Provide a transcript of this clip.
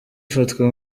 ifatwa